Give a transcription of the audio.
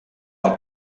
del